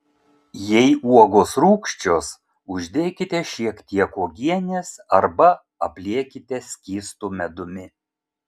jei uogos rūgščios uždėkite šiek tiek uogienės arba apliekite skystu medumi